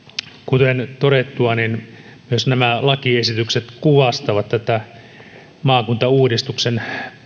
kuten todettua myös nämä lakiesitykset kuvastavat tätä maakuntauudistuksen